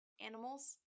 animals